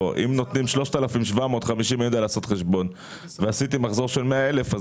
אם נותנים 3,750 ועשיתי מחזור של 100 אלף,